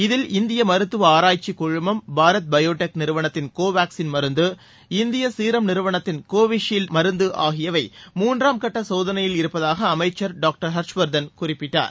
இதில் இந்திய மருத்துவ ஆராய்ச்சிக் குழுமம் பாரத் பயோடெக் நிறுவனத்தின் கோவாக்ஸின் மருந்து இந்திய சீரம் நிறுவனத்தின் கோவிஷீன்ட் மருந்து ஆகியவை மூன்றாம் கட்ட சோதனையில் இருப்பதாக அமைச்சர் டாக்டர் ஹா்ஷ்வர்தன் குறிப்பிட்டார்